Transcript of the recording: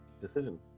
decision